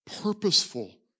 purposeful